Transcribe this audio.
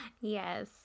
yes